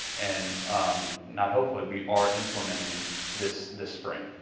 and um not hopefully, we are implementing this this spring.